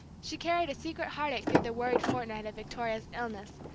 she carried a secret heartache through the worried fortnight of victoria's illness,